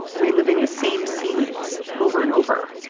reliving the same scenes over and over.